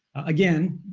again,